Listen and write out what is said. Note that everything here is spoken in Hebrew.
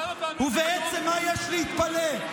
ובעצם, מה יש להתפלא?